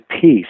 peace